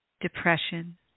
depression